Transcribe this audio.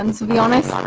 and so be honest, um